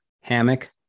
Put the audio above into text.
hammock